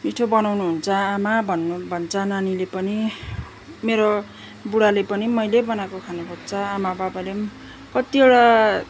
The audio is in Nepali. मिठो बनाउनु हुन्छ आमा भन्नु भन्छ नानीले पनि मेरो बुढाले पनि मैले बनाएको खानु खोज्छ आमा बाबाले पनि कतिवटा